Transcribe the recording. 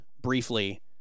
briefly